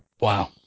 Wow